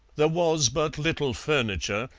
there was but little furniture,